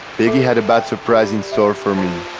baby had a bad surprise in store for me